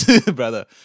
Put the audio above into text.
brother